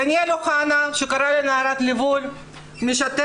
דניאל אוחנה שקרא לי נערת ליווי משתף